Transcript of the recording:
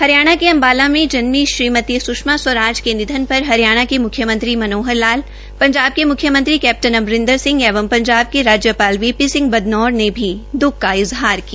हिरयाणा के अम्बाला में जन्मी श्रीमती सुषमा स्वराज के निधन पर हरियाणा के म्ख्यमंत्री मनोहर लाल पंजाब के म्ख्यमंत्री कैपटन अमरिंदर सिंह एवं पंजाब के राज्यपाल वी पी सिंह ं बदनौर ने भी द्ख का इज़हार किया